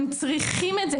הם צריכים את זה.